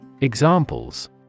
Examples